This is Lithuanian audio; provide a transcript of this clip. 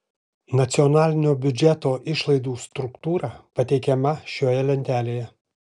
nacionalinio biudžeto išlaidų struktūra pateikiama šioje lentelėje